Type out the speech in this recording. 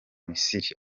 misiri